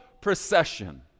procession